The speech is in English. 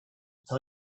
tell